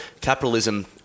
capitalism